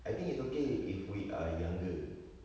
I think it's okay if we are younger